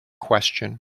question